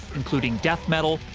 including death metal,